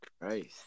Christ